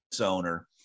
owner